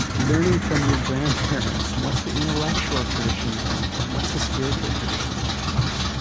learning from your grandparents. what's the intellectual tradition you come from? what's the spiritual tradition you come from?